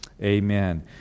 Amen